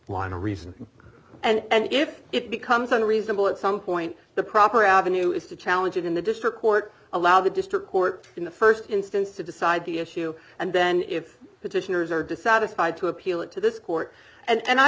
line a reason and if it becomes unreasonable at some point the proper avenue is to challenge it in the district court allow the district court in the st instance to decide the issue and then if petitioners are dissatisfied to appeal it to this court and